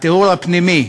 הטיהור הפנימי.